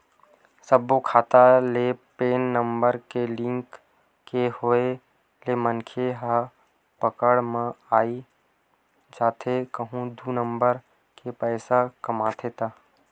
सब्बो खाता ले पेन नंबर के लिंक के होय ले मनखे ह पकड़ म आई जाथे कहूं दू नंबर के पइसा कमाथे ता